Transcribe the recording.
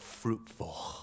fruitful